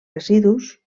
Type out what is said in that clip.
residus